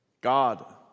God